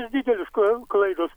didelės klaidos